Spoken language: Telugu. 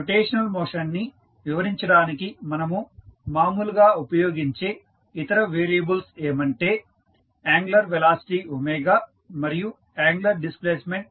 రొటేషనల్ మోషన్ ని వివరించడానికి మనము మామూలుగా ఉపయోగించే ఇతర వేరియబుల్స్ ఏమంటే యాంగులర్ వెలాసిటీ మరియు యాంగులర్ డిస్ప్లేస్మెంట్